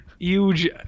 huge